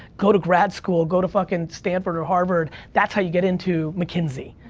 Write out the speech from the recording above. go to grad school, go to fucking stanford or harvard, that's how you get into mckinsey,